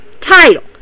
title